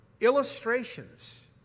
illustrations